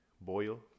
boil